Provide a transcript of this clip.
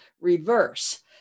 reverse